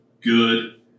Good